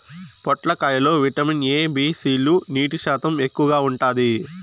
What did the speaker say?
పొట్లకాయ లో vitamin A, B, C లు, నీటి శాతం ఎక్కువగా ఉంటాది